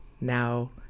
now